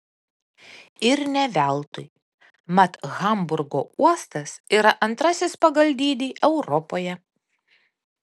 ir ne veltui mat hamburgo uostas yra antrasis pagal dydį europoje